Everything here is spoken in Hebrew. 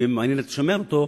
אם היא מעוניינת לשמר אותו,